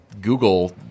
Google